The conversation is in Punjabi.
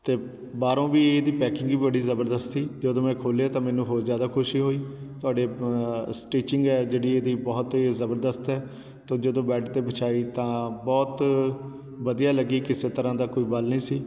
ਅਤੇ ਬਾਹਰੋਂ ਵੀ ਇਹਦੀ ਪੈਕਿੰਗ ਹੀ ਬੜੀ ਜ਼ਬਰਦਸਤ ਸੀ ਜਦੋਂ ਮੈਂ ਖੋਲ੍ਹਿਆ ਤਾਂ ਮੈਨੂੰ ਹੋਰ ਜ਼ਿਆਦਾ ਖੁਸ਼ੀ ਹੋਈ ਤੁਹਾਡੇ ਸਟੀਚਿੰਗ ਹੈ ਜਿਹੜੀ ਇਹਦੀ ਬਹੁਤ ਜ਼ਬਰਦਸਤ ਹੈ ਅਤੇ ਜਦੋਂ ਬੈੱਡ 'ਤੇ ਵਿਛਾਈ ਤਾਂ ਬਹੁਤ ਵਧੀਆ ਲੱਗੀ ਕਿਸੇ ਤਰ੍ਹਾਂ ਦਾ ਕੋਈ ਵਲ ਨਹੀਂ ਸੀ